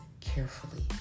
carefully